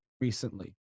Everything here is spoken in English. recently